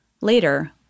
Later